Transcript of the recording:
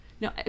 No